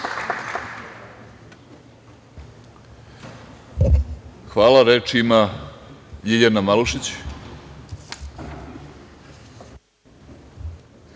Hvala. Reč ima Ljiljana Malušić.